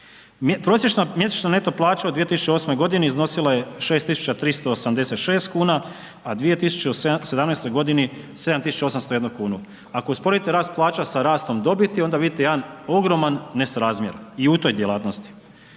Prosječna mjesečna neto plaća u 2008.g. iznosila je 6 tisuća 386 kuna, a 2017. g. 7 tisuća 801 kunu, ako usporedite rast plaća sa rastom dobiti, onda vidite jedan ogroman nesrazmjer i u toj djelatnosti.